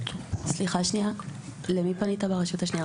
סליחה שניה, למי פנית ברשות השנייה?